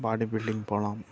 பாடி building போகலாம்